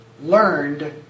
learned